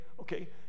okay